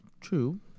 true